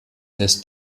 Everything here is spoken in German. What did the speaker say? lässt